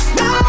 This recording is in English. no